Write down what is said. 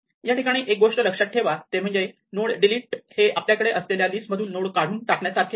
या ठिकाणी एक गोष्ट लक्षात ठेवा ते म्हणजे नोड डिलीट हे आपल्याकडे असलेल्या लिस्ट मधून नोड काढून टाकण्यासारखे नाही